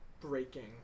breaking